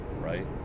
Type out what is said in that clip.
right